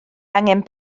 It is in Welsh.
angen